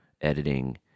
editing